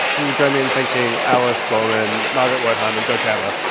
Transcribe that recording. can you join me in thanking alice gorman, margaret wertheim and jo chandler.